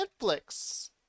Netflix